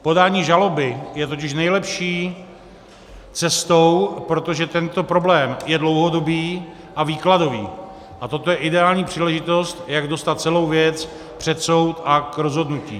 Podání žaloby je totiž nejlepší cestou, protože tento problém je dlouhodobý a výkladový a toto je ideální příležitost, jak dostat celou věc před soud a k rozhodnutí.